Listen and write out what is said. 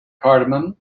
cardamom